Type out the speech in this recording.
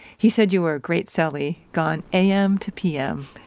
he said you were a great celly, gone a m. to p m.